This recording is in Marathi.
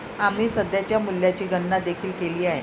आम्ही सध्याच्या मूल्याची गणना देखील केली आहे